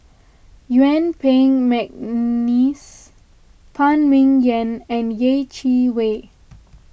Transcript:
Yuen Peng McNeice Phan Ming Yen and Yeh Chi Wei